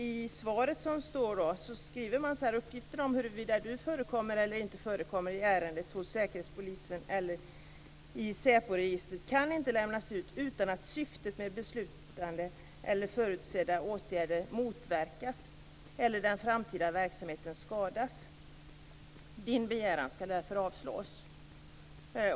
I svaret står det: Uppgifterna om huruvida du förekommer eller inte förekommer i ärendet hos Säkerhetspolisen eller i SÄPO-registret kan inte lämnas ut utan att syftet med beslutade eller förutsedda åtgärder motverkas eller den framtida verksamheten skadas. Din begäran ska därför avslås.